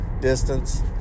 distance